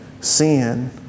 sin